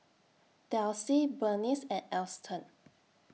Delsie Berniece and Alston